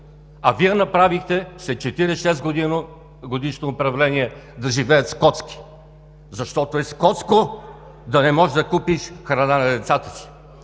А Вие направихте след 46-годишно управление да живеят скотски. Защото е скотско да не можеш да купиш храна на децата си